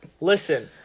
listen